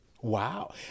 Wow